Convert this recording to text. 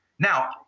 Now